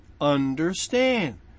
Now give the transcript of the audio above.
understand